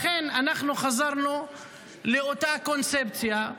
לכן חזרנו לאותה קונספציה,